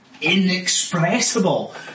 inexpressible